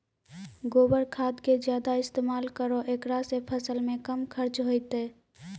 गोबर खाद के ज्यादा इस्तेमाल करौ ऐकरा से फसल मे कम खर्च होईतै?